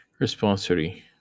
responsory